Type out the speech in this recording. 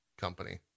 company